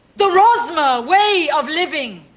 the rosmer way of living.